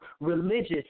religious